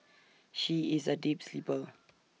she is A deep sleeper